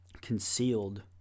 concealed